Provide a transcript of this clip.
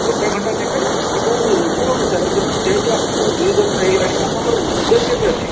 ଗୋଟେ ଘଣ୍ଟା ନେବେ ଏବଂ ରୋଗ ବିଷୟରେ ଯଦି ଯେହେତୁ ଆପଣଙ୍କର ଦୁଇ ବର୍ଷ ହେଇଗଲାଣି ଆପଣଙ୍କର ଓଜନ କେତେ ଅଛି